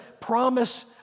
promise